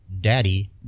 Daddy